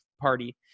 party